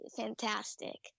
fantastic